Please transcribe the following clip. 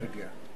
הראשונה.